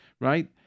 right